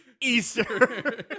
Easter